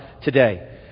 today